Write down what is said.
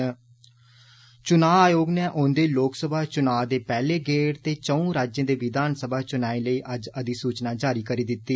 ऽ चुना आयोग नै औन्दे लोकसभा चुना दे पैहले गेड ते चंऊ राज्चें दे विधानसभा चुनाए लेई अज्ज अधिसूचना जारी करी दिती